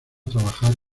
trabajar